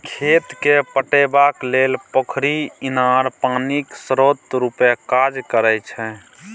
खेत केँ पटेबाक लेल पोखरि, इनार पानिक स्रोत रुपे काज करै छै